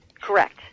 correct